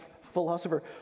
philosopher